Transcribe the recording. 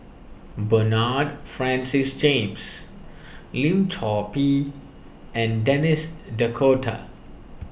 Bernard Francis James Lim Chor Pee and Denis D'Cotta